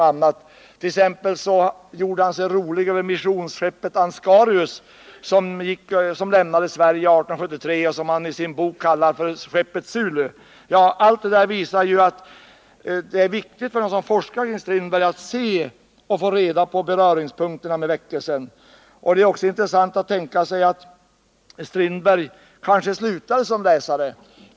Han gjorde sig t.o.m. rolig över missionsskeppet Ansgarius, som lämnade Sverige 1873 och som han i sin bok kallar för skeppet Sulu. Allt detta visar att det är viktigt för dem som forskar om Strindberg att få reda på hans beröringspunkter med väckelsen. Det är också intressant att tänka sig att Strindberg kanske slutade som läsare.